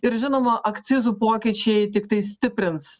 ir žinoma akcizų pokyčiai tiktai stiprins